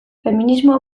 feminismoa